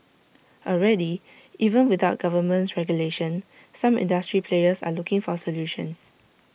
already even without government regulation some industry players are looking for solutions